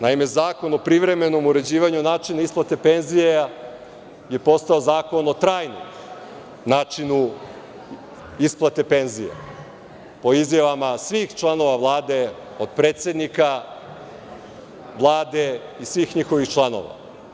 Naime, Zakon o privremenom uređivanju načina isplate penzija je postao zakon o trajnom načinu isplate penzija, po izjavama svih članova Vlade, od predsednika Vlade i svih njihovih članova.